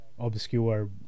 obscure